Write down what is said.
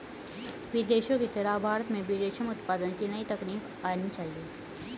विदेशों की तरह भारत में भी रेशम उत्पादन की नई तकनीक आनी चाहिए